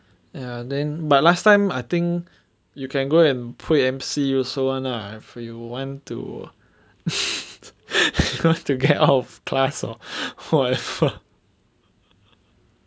ya then but last time I think you can go and put M_C also [one] lah if you want to get out of class or whatever